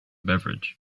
beverage